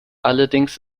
allerdings